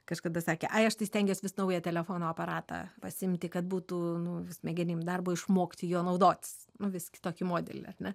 kažkada sakė ai aš tai stengiuos vis naują telefono aparatą pasiimti kad būtų nu smegenim darbo išmokti juo naudotis nu vis kitokį modelį ar ne